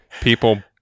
people